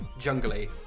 jungly